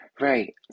Right